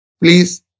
Please